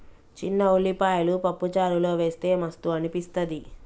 చిన్న ఉల్లిపాయలు పప్పు చారులో వేస్తె మస్తు అనిపిస్తది